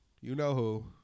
You-know-who